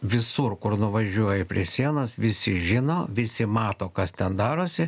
visur kur nuvažiuoji prie sienos visi žino visi mato kas ten darosi